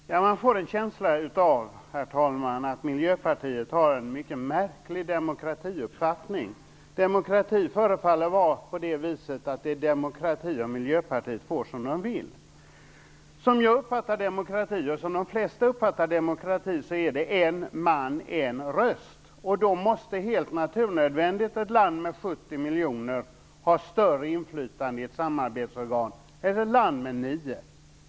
Herr talman! Man får en känsla av att Miljöpartiet har en mycket märklig demokratiuppfattning. Det förefaller vara på det viset att det är demokrati om Miljöpartiet får som det vill. Som jag uppfattar demokrati, och som de flesta uppfattar demokrati, är det en man-en röst som gäller. Då måste, helt naturnödvändigt, ett land med 70 miljoner invånare ha större inflytande i ett samarbetsorgan än ett land med 9 miljoner invånare.